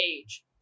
age